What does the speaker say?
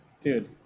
Dude